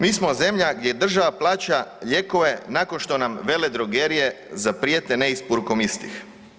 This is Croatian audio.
Mi smo zemlja gdje država plaća lijekove nakon što nam veledrogerije zaprijete neisporukom istih.